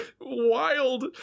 wild